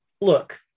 look